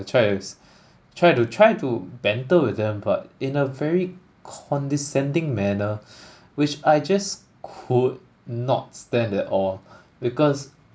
try to try to try to banter with them but in a very condescending manner which I just could not stand at all because